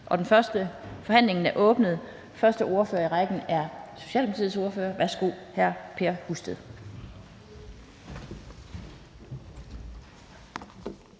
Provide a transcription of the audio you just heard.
Lind): Forhandlingen er åbnet. Første ordfører i rækken er Socialdemokratiets ordfører. Værsgo, hr. Per Husted.